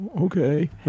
okay